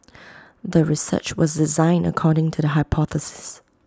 the research was designed according to the hypothesis